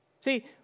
See